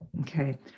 Okay